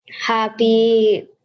Happy